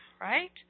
Right